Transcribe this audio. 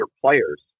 players